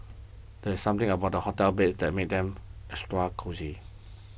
there's something about hotel beds that makes them extra cosy